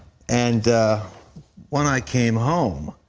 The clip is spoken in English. and when i came home,